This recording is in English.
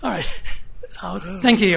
all right thank you